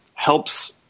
helps